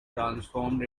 transformed